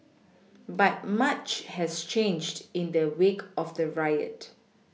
but much has changed in the wake of the riot